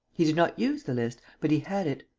he did not use the list, but he had it.